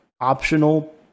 optional